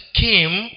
came